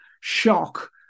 shock